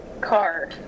car